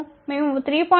మేము 3